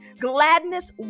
gladness